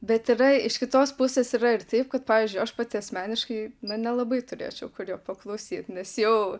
bet yra iš kitos pusės yra ir taip kad pavyzdžiui aš pati asmeniškai nelabai turėčiau kur jo paklausyt nes jau